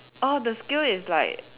orh the skill is like